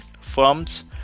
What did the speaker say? Firms